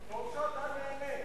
טוב שאתה נהנה.